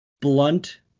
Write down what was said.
blunt